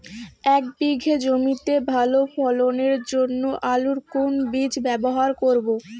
এক বিঘে জমিতে ভালো ফলনের জন্য আলুর কোন বীজ ব্যবহার করব?